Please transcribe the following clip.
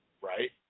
right